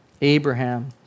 Abraham